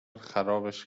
خرابش